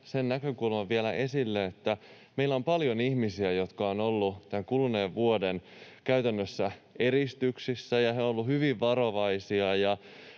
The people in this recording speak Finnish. sen näkökulman, että meillä on paljon ihmisiä, jotka ovat olleet tämän kuluneen vuoden käytännössä eristyksissä, ja he ovat olleet hyvin varovaisia